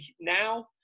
now